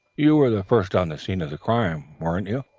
you were the first on the scene of the crime, weren't you?